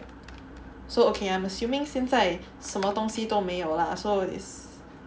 so okay I'm assuming 现在什么东西都没有 lah so is